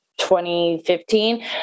2015